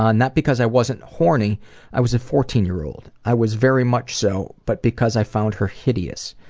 ah not because i wasn't horny i was a fourteen year old, i was very much so but because i found her hideous.